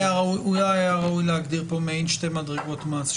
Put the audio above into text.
היה ראוי להגדיר פה מעין שתי מדרגות מס.